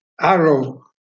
arrow